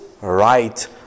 right